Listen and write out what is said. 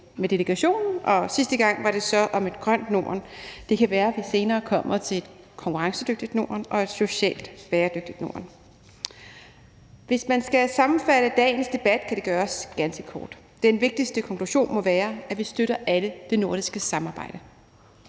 med delegationen, og sidste gang var det så om et grønt Norden. Det kan være, at vi senere kommer til et konkurrencedygtigt Norden og et socialt bæredygtigt Norden. Hvis man skal sammenfatte dagens debat, kan det gøres ganske kort. Den vigtigste konklusion må være, at vi alle støtter det nordiske samarbejde.